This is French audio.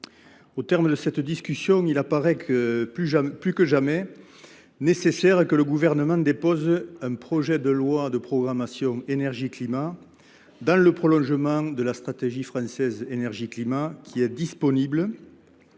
au terme de cette discussion, il apparaît plus que jamais nécessaire que le Gouvernement dépose un projet de loi de programmation énergie climat dans le prolongement de la stratégie française pour l’énergie et le